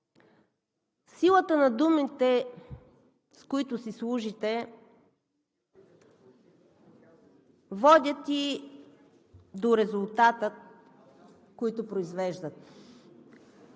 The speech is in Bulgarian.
Силата на думите, с които си служите, водят и до резултата, който произвеждат.